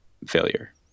failure